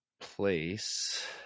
place